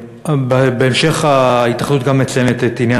בהמשך ההתאחדות גם מציינת את עניין